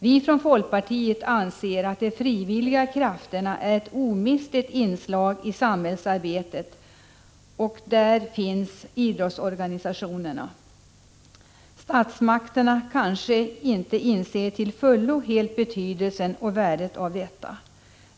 Vi från folkpartiet anser att de frivilliga krafterna är ett omistligt inslag i samhällsarbetet, och där finns idrottsorganisationerna. Statsmakterna kanske inte till fullo inser betydelsen och värdet av detta.